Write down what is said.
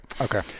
Okay